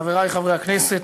חברי הכנסת,